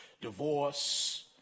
divorce